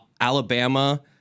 Alabama